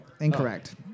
incorrect